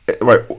Right